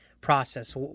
process